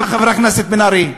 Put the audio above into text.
על מה, חברת הכנסת בן ארי?